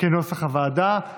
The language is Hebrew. ההסתייגות (5)